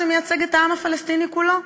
שמייצגת את כל העם הפלסטיני כולו?